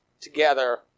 together